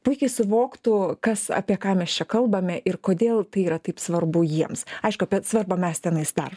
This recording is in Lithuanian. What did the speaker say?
puikiai suvoktų kas apie ką mes čia kalbame ir kodėl tai yra taip svarbu jiems aišku apie svarbą mes tenais dar